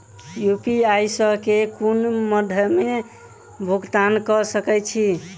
UPI सऽ केँ कुन मध्यमे मे भुगतान कऽ सकय छी?